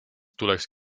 tuleks